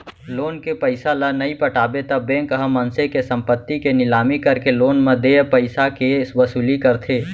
loan के पइसा ल नइ पटाबे त बेंक ह मनसे के संपत्ति के निलामी करके लोन म देय पइसाके वसूली करथे